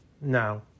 No